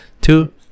Two